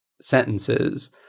sentences